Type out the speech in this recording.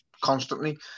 constantly